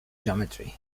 geometry